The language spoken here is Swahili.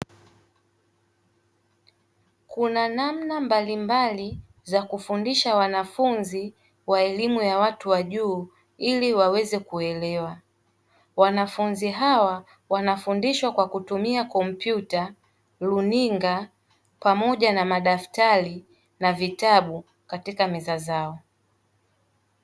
Kuna namna mbalimbali za kufundisha wanafunzi wa elimu ya juu ili waweze kuelewa. Wanafunzi hawa wanafundishwa kwa kutumia: kompyuta, runinga pamoja na madaftari na vitabu katika meza zao.